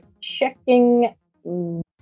Checking